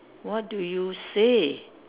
what do you say